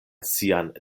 sian